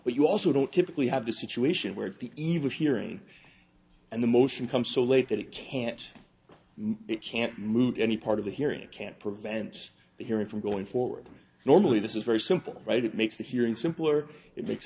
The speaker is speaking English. but you also don't typically have the situation where it's the eve of hearing and the motion come so late that it can't it can't move any part of the hearing it can't prevent the hearing from going forward normally this is very simple right it makes the hearing simpler it makes